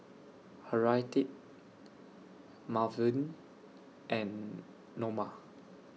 Harriette Malvin and Norma